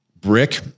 brick